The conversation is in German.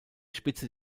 spitze